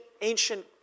ancient